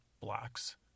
blocks